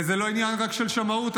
זה לא רק עניין של שמאות.